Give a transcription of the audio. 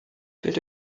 wählt